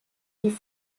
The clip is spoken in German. die